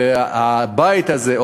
והבית הזה,